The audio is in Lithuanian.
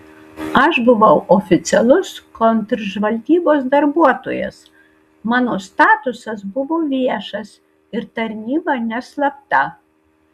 aš buvau oficialus kontržvalgybos darbuotojas mano statusas buvo viešas ir tarnyba neslapta